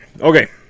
Okay